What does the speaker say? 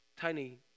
tiny